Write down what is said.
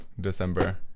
December